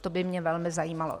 To by mě velmi zajímalo.